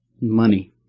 money